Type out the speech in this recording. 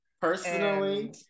Personally